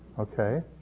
okay?